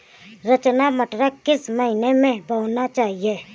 रचना मटर किस महीना में बोना चाहिए?